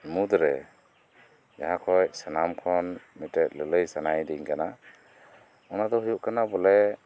ᱢᱩᱫᱽᱨᱮ ᱡᱟᱦᱟᱸ ᱠᱷᱚᱡ ᱥᱟᱱᱟᱢ ᱠᱷᱚᱱ ᱢᱤᱫᱴᱮᱡ ᱞᱟᱹᱞᱟᱹᱭ ᱥᱟᱱᱟᱭᱤᱫᱤᱧ ᱠᱟᱱᱟ ᱠᱟᱱᱟ ᱚᱱᱟ ᱫᱚ ᱦᱩᱭᱩᱜ ᱠᱟᱱᱟ ᱵᱚᱞᱮ